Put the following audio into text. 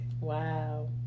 wow